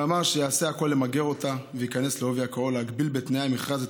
ואמר שיעשה הכול למגר אותה וייכנס בעובי הקורה להגביל בתנאי המכרז או